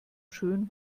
schön